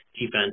defense